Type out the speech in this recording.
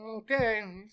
Okay